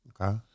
Okay